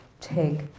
take